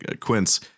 Quince